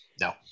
No